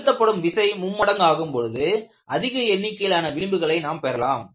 செலுத்தப்படும் விசை மும்மடங்காகும் பொழுது அதிக எண்ணிக்கையிலான விளிம்புகளை நாம் பெறலாம்